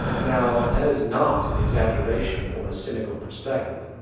now, that is not an exaggeration or a cynical perspective.